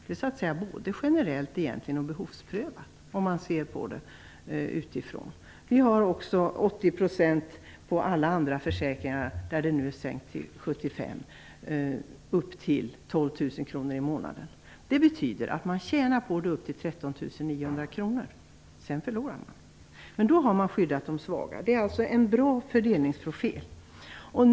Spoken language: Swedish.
Det är egentligen både generellt och behovsprövat. Vi har också 80 % i ersättning upp till en lön på 12 000 kr i månaden på alla andra försäkringar, där ersättningen nu är sänkt till 75 %. Det betyder att man tjänar på det upp till 13 900 kr, sedan förlorar man. Men då har vi skyddat de svaga. Det är alltså en bra fördelningsprofil.